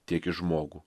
tiek į žmogų